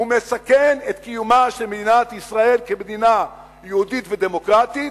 הוא מסכן את קיומה של מדינת ישראל כמדינה יהודית ודמוקרטית,